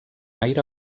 aire